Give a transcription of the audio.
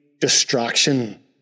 distraction